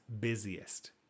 busiest